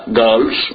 girls